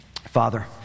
Father